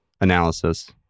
analysis